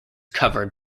covered